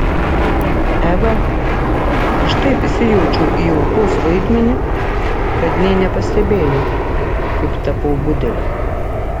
eva aš taip įsijaučiau į aukos vaidmenį kad nė nepastebėjau kaip tapau budeliu